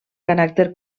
caràcter